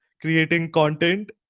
creating content,